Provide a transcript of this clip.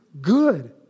good